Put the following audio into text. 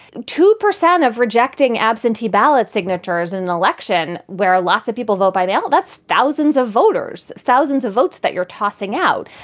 two percent of rejecting absentee ballot signatures in an election where lots of people vote by mail. that's thousands of voters, thousands of votes that you're tossing out.